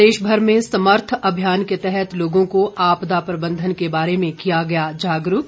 प्रदेश भर में समर्थ अभियान के तहत लोगों को आपदा प्रबंधन के बारे में किया गया जागरूक